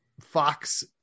Fox